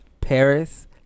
Paris